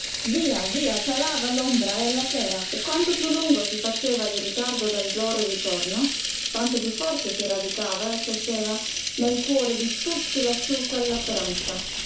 via via calava l'ombra della sera e quanto piú lungo si faceva il ritardo del loro ritorno tanto piú forse si radicava e cresceva nel cuore di tutti lassú quella speranza